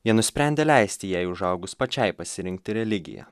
jie nusprendė leisti jai užaugus pačiai pasirinkti religiją